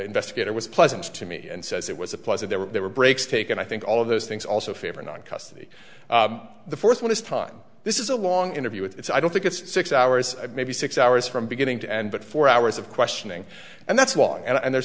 investigator was pleasant to me and says it was a pleasure they were breaks take and i think all of those things also favor not custody the first one is time this is a long interview it's i don't think it's six hours maybe six hours from beginning to end but four hours of questioning and that's why and there's